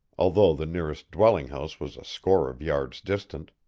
although the nearest dwelling-house was a score of yards distant.